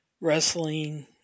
Wrestling